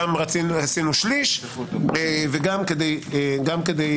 יש מכסה לסיעה של X אז כל אחד מהח"כים